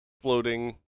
floating